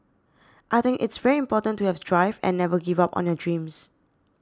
I think it's very important to have drive and never give up on your dreams